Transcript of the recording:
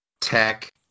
tech